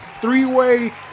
three-way